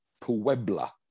Puebla